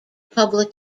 public